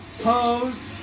pose